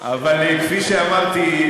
אבל כפי שאמרתי,